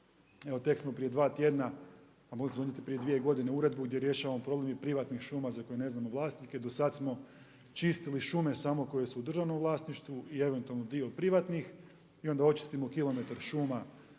Evo tek smo prije 2 tjedna a mogli smo donijeti i prije 2 godine uredbu gdje rješavamo problem i privatnih šuma za koje ne znamo vlasnike. Do sada smo, čistili šume samo koje su u državnom vlasništvu i eventualno dio privatnih i onda očistimo kilometar šuma